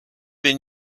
been